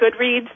Goodreads